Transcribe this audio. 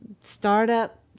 startup